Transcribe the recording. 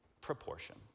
proportion